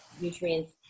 nutrients